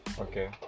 Okay